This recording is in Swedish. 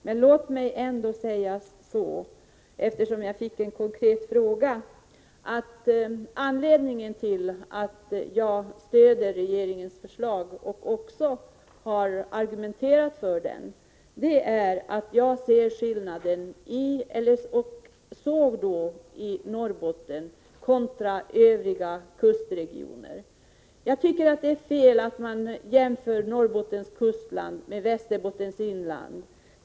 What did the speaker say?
Men låt mig ändå säga, eftersom jag fick en konkret fråga, att anledningen till att jag stöder regeringens förslag, och också har argumenterat för det, är att jag såg skillnaden mellan Norrbotten och övriga kustregioner. Jag tycker att det är fel att man jämför Norrbottens kustland med Västerbottens inland.